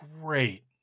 great